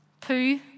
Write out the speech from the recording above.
poo